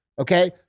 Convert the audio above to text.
Okay